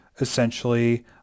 essentially